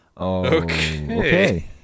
Okay